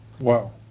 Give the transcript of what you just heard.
Wow